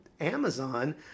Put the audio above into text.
Amazon